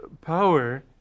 power